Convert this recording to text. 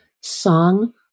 song